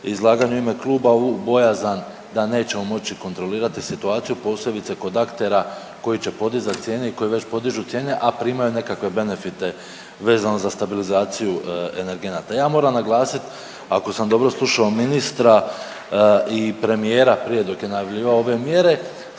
izlaganje u ime kluba bojazan da nećemo moći kontrolirati situaciju, posebice kod aktera koji će podizati cijene i koji već podižu cijene, a primaju nekakve benefite vezano za stabilizaciju energenata. Ja moram naglasiti, ako sam dobro slušao ministra i premijera prije dok je najavljivao ove mjere,